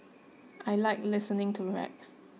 I like listening to rap